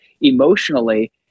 emotionally